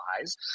eyes